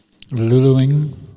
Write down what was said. Luluing